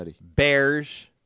Bears